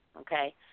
okay